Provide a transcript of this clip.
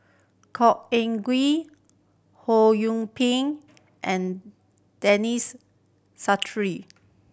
Khor Ean Ghee Ho Ping and Denis